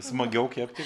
smagiau kepti